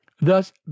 Thus